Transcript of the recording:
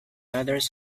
others